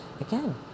again